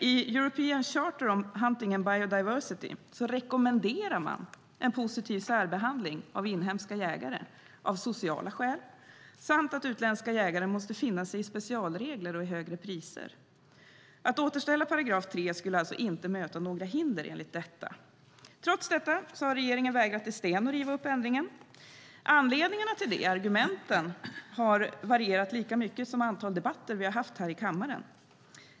I European Charter on Hunting and Biodiversity rekommenderas en positiv särbehandling av inhemska jägare av sociala skäl samt att utländska jägare måste finna sig i specialregler och högre priser. Att återställa § 3 skulle alltså inte möta några hinder, enligt detta. Trots det har regeringen vägrat i sten att riva upp ändringen. Anledningarna och argumenten till det har varierat lika mycket som antalet debatter vi har haft här i kammaren.